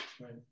Right